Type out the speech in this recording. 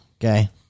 okay